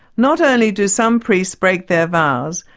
not only do some priests break their vows,